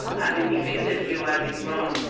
and we do this utilizing roam,